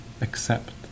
accept